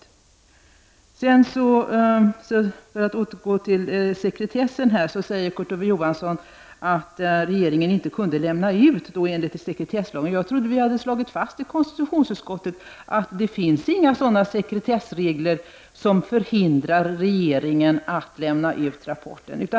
För att återgå till sekretessen säger Kurt Ove Johansson att regeringen enligt sekretesslagen inte kunde lämna ut rapporten. Jag trodde att vi hade slagit fast i konstitutionsutskottet att det inte finns några sådana sekretessregler som förhindrar regeringen att lämna ut rapporten.